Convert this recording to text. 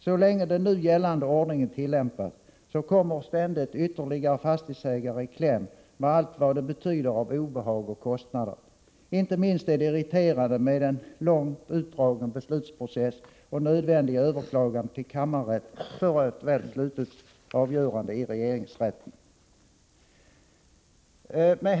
Så länge den nu gällande ordningen tillämpas kommer ständigt ytterligare fastighetsägare i kläm med allt vad det betyder av obehag och kostnader. Inte minst är det irriterande med en långt utdragen beslutsprocess och nödvändiga överklaganden till kammarrätt för eventuellt slutligt avgörande i regeringsrätten.